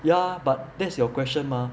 ya but that's your question mah